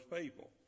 people